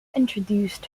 introduced